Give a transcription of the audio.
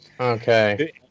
Okay